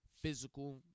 physical